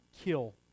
kill